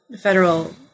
federal